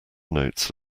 notes